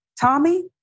Tommy